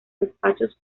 despachos